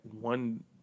one